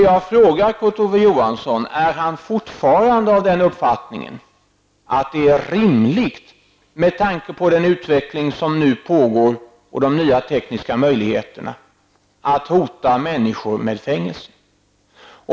Jag frågar Kurt Ove Johansson om han fortfarande är av den uppfattningen att det är rimligt, med tanke på den utveckling som nu pågår och de nya tekniska möjligheterna, att hota människor med fängelse.